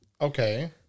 Okay